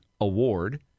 Award